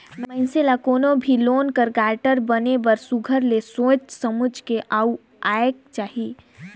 मइनसे ल कोनो भी लोन कर गारंटर बने बर सुग्घर ले सोंएच समुझ के आघु आएक चाही